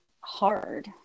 hard